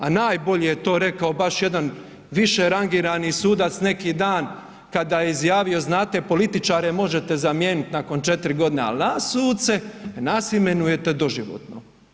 A najbolje je to rekao baš jedan više rangirani sudac neki dan kada je izjavio, znate političare možete zamijeniti nakon 4 godine ali nas suce, nas imenujete doživotno.